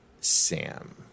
Sam